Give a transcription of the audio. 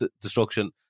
destruction